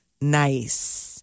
Nice